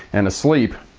and asleep,